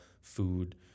food